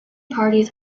parties